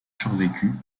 survécu